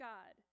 God